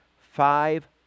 five